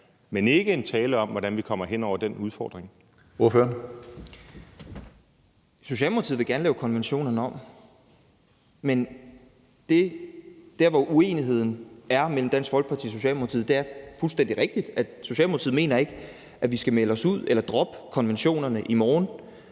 Ordføreren. Kl. 09:55 Frederik Vad (S): Socialdemokratiet vil gerne lave konventionerne om, men der, hvor uenigheden er mellem Dansk Folkeparti og Socialdemokratiet, er fuldstændig rigtigt, at Socialdemokratiet ikke mener, at vi skal melde os ud eller droppe konventionerne i morgen.